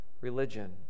religion